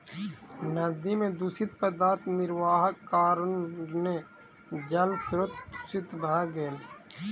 नदी में दूषित पदार्थ निर्वाहक कारणेँ जल स्त्रोत दूषित भ गेल